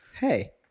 Hey